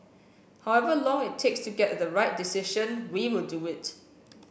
however long it takes to get to the right decision we will do it